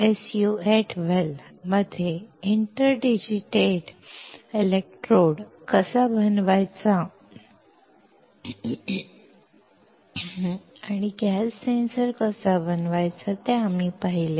SU 8 well मध्ये interdigitated electrode कसा बनवायचा आणि गॅस सेन्सर कसा बनवायचा ते आम्ही पाहिले